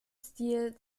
stil